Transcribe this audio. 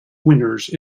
winners